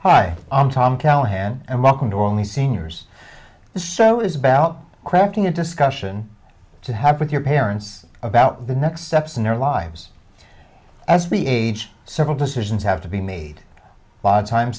hi i'm tom callahan and welcome to only seniors this show is about crafting a discussion to have with your parents about the next steps in their lives as we age several decisions have to be made by the time